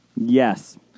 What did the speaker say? Yes